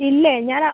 ഇല്ലേ ഞാൻ